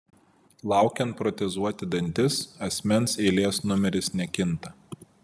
laukiant protezuoti dantis asmens eilės numeris nekinta